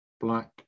black